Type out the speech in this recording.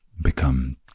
become